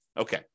Okay